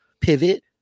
pivot